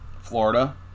Florida